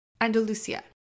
Andalusia